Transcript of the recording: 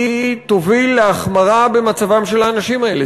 היא תוביל להחמרה במצבם של האנשים האלה,